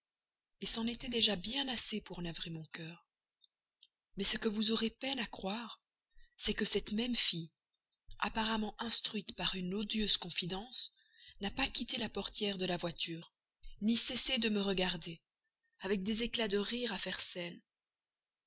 penser c'en était déjà bien assez pour navrer mon cœur mais ce que vous aurez peine à croire c'est que cette même fille apparemment instruite par une odieuse confidence n'a pas quitté la portière de la voiture ni cessé de me regarder avec des éclats de rire à faire